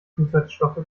zusatzstoffe